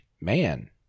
man